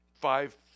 five